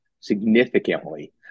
significantly